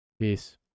Peace